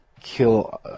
kill